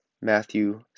Matthew